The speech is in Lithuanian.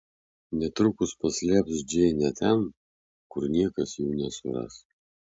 netrukus paslėps džeinę ten kur niekas jų nesuras